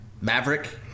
Maverick